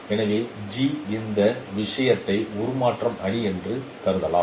எனவே G இந்த விஷயத்தை உருமாற்ற அணி என்று கருதலாம்